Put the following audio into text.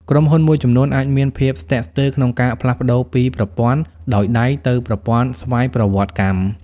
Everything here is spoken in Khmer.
ក្រុមហ៊ុនមួយចំនួនអាចមានភាពស្ទាក់ស្ទើរក្នុងការផ្លាស់ប្តូរពីប្រព័ន្ធដោយដៃទៅប្រព័ន្ធស្វ័យប្រវត្តិកម្ម។